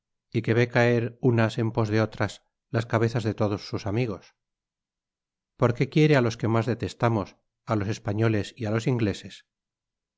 y que vé caer unas en pos de otras las cabezas de todos sus amigos por qué quiere á los que mas detestamos á los españoles y á los ingleses